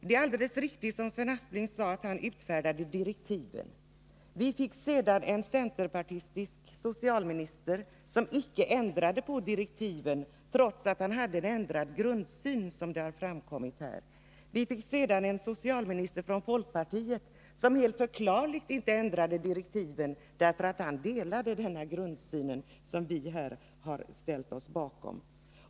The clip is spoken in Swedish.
Det är alldeles riktigt som Sven Aspling sade att han utfärdade direktiven. Vi fick sedan en centerpartistisk socialminister, som icke ändrade direktiven trots att han hade en ändrad grundsyn — enligt vad som här har framkommit. Sedan fick vi en socialminister från folkpartiet, som helt förklarligt inte ändrade direktiven därför att han delade den grundsyn som vi här har ställt oss bakom.